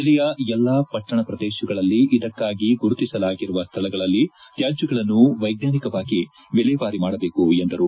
ಜಿಲ್ಲೆಯ ಎಲ್ಲಾ ಪಟ್ಟಣ ಪ್ರದೇಶಗಳಲ್ಲಿ ಇದಕ್ಕಾಗಿ ಗುರುತಿಸಲಾಗಿರುವ ಸ್ಥಳಗಳಲ್ಲಿ ತ್ಯಾಜ್ಯಗಳನ್ನು ವೈಜ್ಞಾನಿಕವಾಗಿ ವಿಲೇವಾರಿ ಮಾಡಬೇಕು ಎಂದರು